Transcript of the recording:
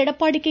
Edappadi K